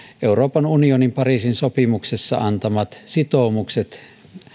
euroopan unionin pariisin sopimuksessa antamat sitoumukset